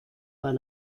para